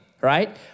right